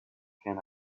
can